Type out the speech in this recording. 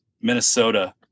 Minnesota